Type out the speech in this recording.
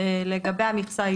לגבי המכסה,